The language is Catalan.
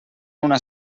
una